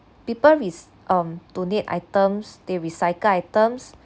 people rec~ um donate items they recycle items